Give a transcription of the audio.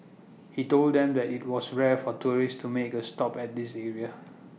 he told them that IT was rare for tourists to make A stop at this area